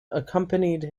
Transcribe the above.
accompanied